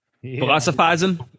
Philosophizing